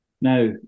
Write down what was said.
Now